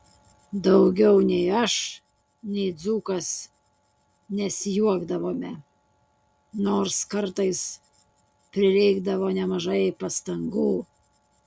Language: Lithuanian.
daugiau nei aš nei dzūkas nesijuokdavome nors kartais prireikdavo nemažai pastangų